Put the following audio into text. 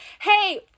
Hey